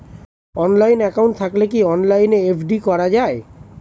Online account থাকলে কি অনলাইনে এফ.ডি করা যায়?